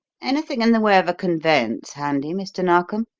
anything in the way of a conveyance handy, mr. narkom?